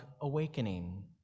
awakening